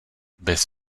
bez